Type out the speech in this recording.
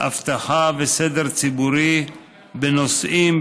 אבטחה וסדר ציבורי בנושאים,